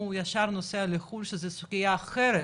הוא ישר נוסע לחו"ל שזה סוגייה אחרת.